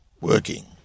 working